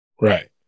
right